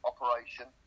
operation